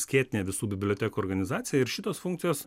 skėtinė visų bibliotekų organizacija ir šitos funkcijos